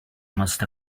must